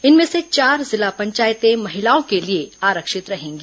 इनसे से चार जिला पंचायतें महिलाओं के लिए आरक्षित रहेंगी